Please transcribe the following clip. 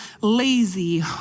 lazy